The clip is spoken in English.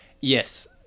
yes